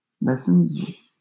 Lessons